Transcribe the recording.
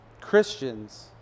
Christians